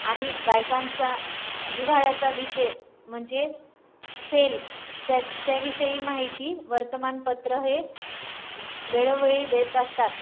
आणि बायकांचा जिव्हाळ्याचा विषय म्हणजे सेल त्या त्याविषयी माहिती वर्तमानपत्रं हे व् वेळोवेळी देत असतात